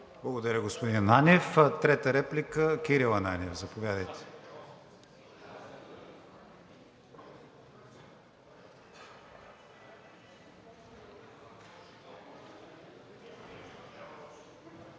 Благодаря, господин Ананиев. Трета реплика – Кирил Ананиев, заповядайте.